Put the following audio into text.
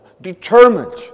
determined